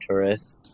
tourists